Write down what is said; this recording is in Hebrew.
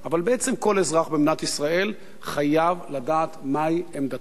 אבל בעצם כל אזרח במדינת ישראל חייב לדעת מהי עמדתה